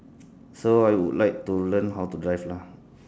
so I would like to learn how to drive lah